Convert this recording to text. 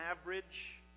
average